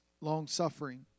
long-suffering